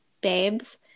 babes